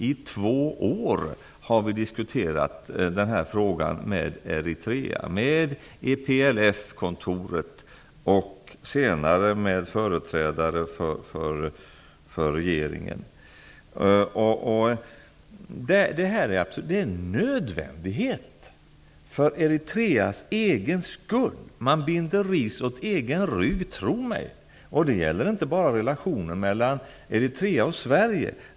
I två år har vi diskuterat denna fråga med Eritrea, med EPLF-kontoret och senare med företrädare för regeringen. Det är en nödvändighet för Eritreas egen skull. Man binder ris åt egen rygg, tro mig! Det gäller inte bara relationerna mellan Eritrea och Sverige.